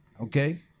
Okay